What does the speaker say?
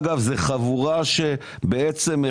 כמיליארד שקלים,